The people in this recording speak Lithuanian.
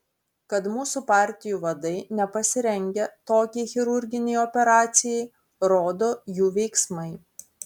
kad mūsų partijų vadai nepasirengę tokiai chirurginei operacijai rodo jų veiksmai